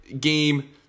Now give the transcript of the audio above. game